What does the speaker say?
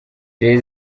jay